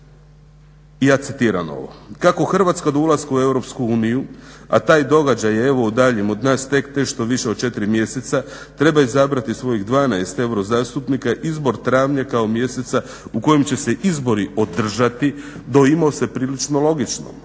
sljedeće: "Kako Hrvatska do ulaska u EU, a taj događaj je evo udaljen od nas tek nešto više od 4 mjeseca treba izabrati svojih 12 euro zastupnika izbor travnja kao mjeseca u kojem će se izbori održati doimao se prilično logičnim.